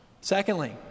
Secondly